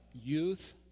youth